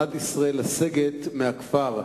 כוונת ישראל לסגת מהכפר רג'ר,